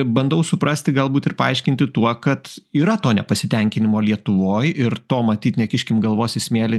bandau suprasti galbūt ir paaiškinti tuo kad yra to nepasitenkinimo lietuvoj ir to matyt nekiškim galvos į smėlį